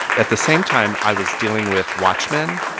at the same time, i was dealing with watchmen,